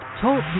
Talk